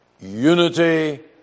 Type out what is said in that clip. unity